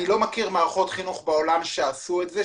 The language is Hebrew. אני לא מכיר מערכות חינוך בעולם שעשו את זה,